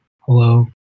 Hello